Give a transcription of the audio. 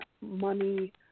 money